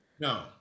No